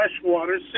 freshwater